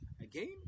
again